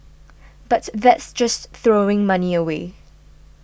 but that's just throwing money away